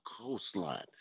coastline